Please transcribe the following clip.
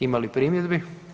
Ima li primjedbi?